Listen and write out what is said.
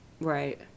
Right